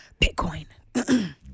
Bitcoin